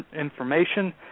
information